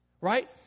Right